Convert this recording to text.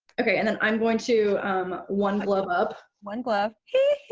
okay, and then i am going to one-glove up. one glove. hee hee